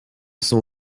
sont